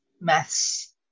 Maths